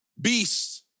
beasts